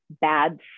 bad